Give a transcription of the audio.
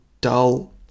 dull